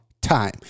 time